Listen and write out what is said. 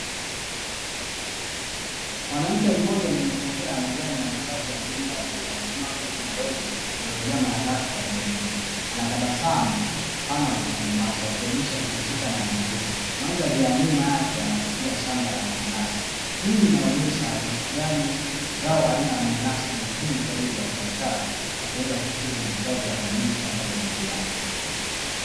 Mwanamke mmoja mwenye kofia ya majani na mavazi ya jumla ya bluu, amesimama karibu na lori lililojaa mananasi yaliyovunwa, anatabasamu pana usoni mwake akionyesha kuridhika na mavuno. Mandhari ya nyuma yake yanaashiria shamba la mananasi, hii inaonyesha jinsi gani zao aina ya mananasi ni muhimu kwa ajili ya biashara na kuweza kukidhi mahitaji ya jamii pamoja na viwanda.